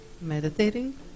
Meditating